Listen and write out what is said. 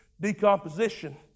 Decomposition